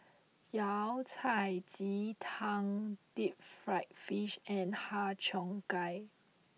Yao Cai Ji Tang Deep Fried Fish and Har Cheong Gai